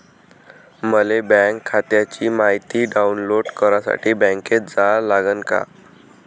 मले बँक खात्याची मायती डाऊनलोड करासाठी बँकेत जा लागन का?